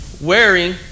wearing